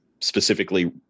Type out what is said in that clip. specifically